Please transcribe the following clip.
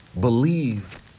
believe